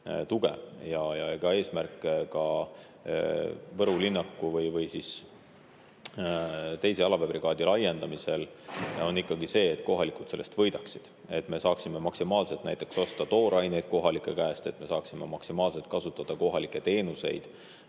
tuge. Ja eks eesmärk ka Võru linnaku või 2. jalaväebrigaadi laiendamisel on ikkagi see, et kohalikud sellest võidaksid, et me saaksime maksimaalselt näiteks osta tooraineid kohalike käest, et me saaksime maksimaalselt kasutada kohalikke teenuseid